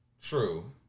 True